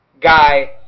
guy